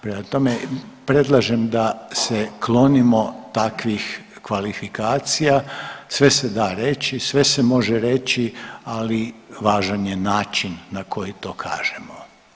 Prema tome, predlažem da se klonimo takvih kvalifikacija, sve se da reći, sve se može reći, ali važan je način na koji to kažemo.